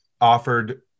offered